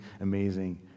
amazing